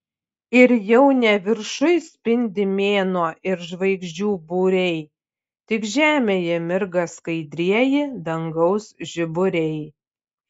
ir jau ne viršuj spindi mėnuo ir žvaigždžių būriai tik žemėje mirga skaidrieji dangaus žiburiai